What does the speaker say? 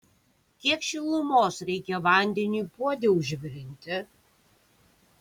kiek šilumos reikia vandeniui puode užvirinti